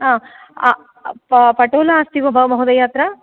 आम् पटोला अस्ति वा भो महोदय अत्र